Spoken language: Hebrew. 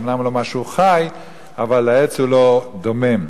אומנם לא משהו חי אבל העץ הוא לא דומם.